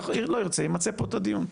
לא ירצה, ימצה פה את הדיון.